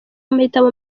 amahitamo